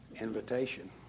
invitation